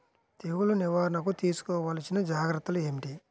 తెగులు నివారణకు తీసుకోవలసిన జాగ్రత్తలు ఏమిటీ?